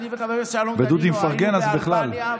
ודודי מפרגן, אז בכלל.